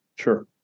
Sure